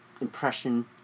impression